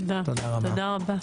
תודה רבה.